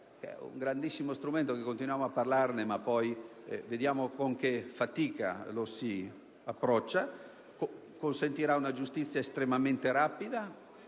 un grandissimo strumento (di cui continuiamo a parlare, ma poi vediamo con che fatica lo si approccia) che consentirà una giustizia estremamente rapida